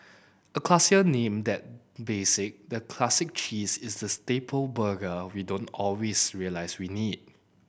a classier name than basic the Classic Cheese is the staple burger we don't always realise we need